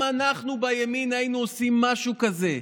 אם אנחנו בימין היינו עושים משהו כזה,